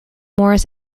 morris